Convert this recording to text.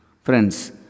Friends